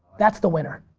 that's the winner.